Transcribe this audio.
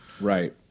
Right